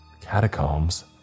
Catacombs